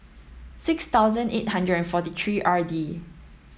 six thousand eight hundred and forty three R D